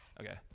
Okay